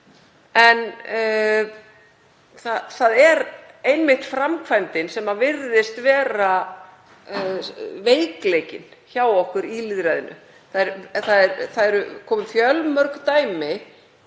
En það er einmitt framkvæmdin sem virðist vera veikleikinn hjá okkur í lýðræðinu. Það eru komin fjölmörg dæmi,